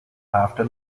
after